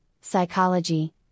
psychology